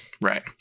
right